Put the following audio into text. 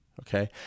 Okay